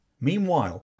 Meanwhile